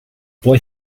boy